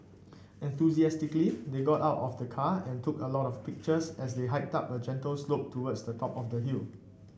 enthusiastically they got out of the car and took a lot of pictures as they hiked up a gentle slope towards the top of the hill